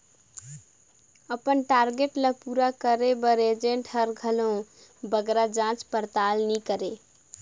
अपन टारगेट ल पूरा करे बर एजेंट हर घलो बगरा जाँच परताल नी करे